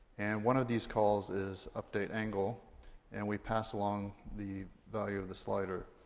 and one of these calls is updateangle, and we pass along the value of the slider.